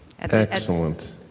Excellent